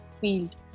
field